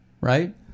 Right